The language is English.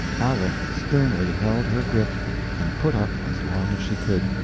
aleck sternly held her grip and put up as long as she could,